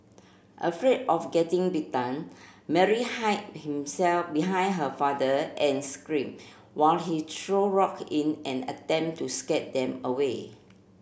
afraid of getting bitten Mary hid himself behind her father and screamed while he threw rock in an attempt to scare them away